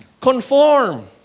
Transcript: conform